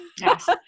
Yes